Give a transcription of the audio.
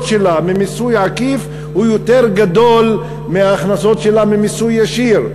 שלה ממיסוי עקיף הוא יותר גדול מההכנסות שלה ממיסוי ישיר,